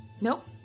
Nope